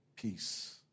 peace